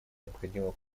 необходимо